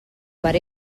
per